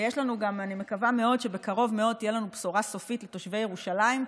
ואני מקווה מאוד שבקרוב מאוד תהיה לנו בשורה סופית לתושבי ירושלים.